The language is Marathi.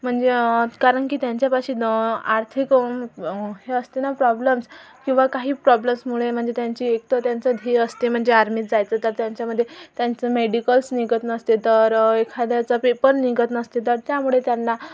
म्हणजे कारण की त्यांच्यापाशी न आर्थिक हे असते ना प्रॉब्लेमस् किंवा काही प्रॉब्लेम्समुळे म्हणजे त्यांची एकतर त्यांचं ध्येय असते म्हणजे आर्मीत जायचं तर त्यांच्यामध्ये त्यांचं मेडिकल्स निघत नसते तरं एखाद्याचा पेपर निघत नसते तर त्यामुळे त्यांना